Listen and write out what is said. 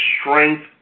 strength